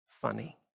funny